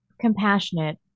Compassionate